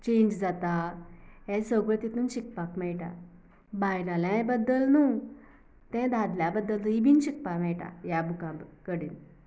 change जाता हें सगलें तितून शिकपाक मेळटा बायनलांय बद्दल न्हू तें दादल्या बद्दलूय बी शिकपाक मेळटा ह्या बुका कडेन